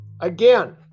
Again